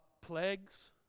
Plagues